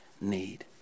need